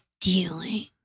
dealing